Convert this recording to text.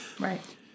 Right